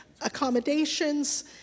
accommodations